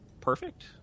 perfect